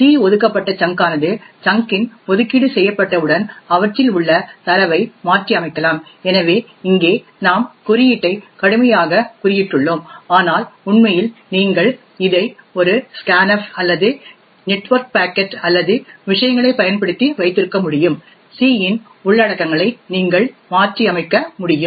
c ஒதுக்கப்பட்ட chunk ஆனது chunk இன் ஒதுக்கீடு செய்யப்பட்டவுடன் அவற்றில் உள்ள தரவை மாற்றியமைக்கலாம் எனவே இங்கே நாம் குறியீட்டை கடுமையாக குறியிட்டுள்ளோம் ஆனால் உண்மையில் நீங்கள் இதை ஒரு ஸ்கேன்ஃப் அல்லது நெட்வொர்க் பாக்கெட் அல்லது விஷயங்களைப் பயன்படுத்தி வைத்திருக்க முடியும் c இன் உள்ளடக்கங்களை நீங்கள் மாற்றியமைக்க முடியும்